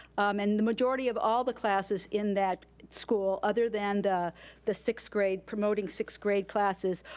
um and the majority of all the classes in that school, other than the the sixth grade, promoting sixth-grade classes,